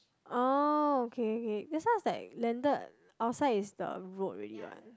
oh okay okay this one is like landed outside is the road already what